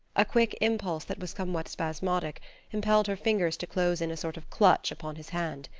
a quick impulse that was somewhat spasmodic impelled her fingers to close in a sort of clutch upon his hand.